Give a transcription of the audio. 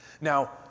Now